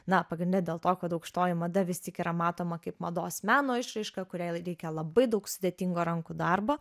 na pagrinde dėl to kad aukštoji mada vis tik yra matoma kaip mados meno išraiška kuriai reikia labai daug sudėtingo rankų darbo